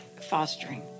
fostering